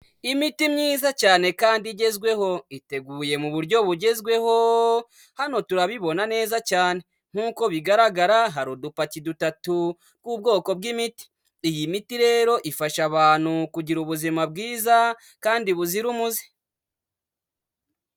Imiti myiza cyane kandi igezweho iteguye mu buryo bugezweho, hano turabibona neza cyane, nk'uko bigaragara hari udupaki dutatu tw'ubwoko bw'imiti, rero ifasha abantu kugira ubuzima bwiza kandi buzira umuze.